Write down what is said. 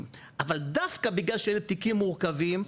אבל דווקא בגלל שאלה תיקים מורכבים,